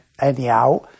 Anyhow